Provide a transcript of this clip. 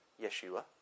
Yeshua